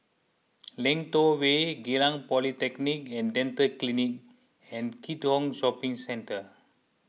Lentor Way Geylang Polyclinic and Dental Clinic and Keat Hong Shopping Centre